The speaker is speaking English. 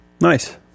Nice